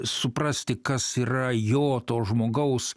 suprasti kas yra jo to žmogaus